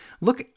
Look